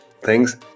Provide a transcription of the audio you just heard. Thanks